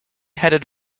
headed